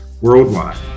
worldwide